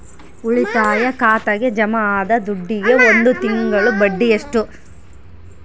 ಉಳಿತಾಯ ಖಾತೆಗೆ ಜಮಾ ಆದ ದುಡ್ಡಿಗೆ ಒಂದು ತಿಂಗಳ ಬಡ್ಡಿ ಎಷ್ಟು?